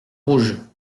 rouge